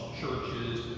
churches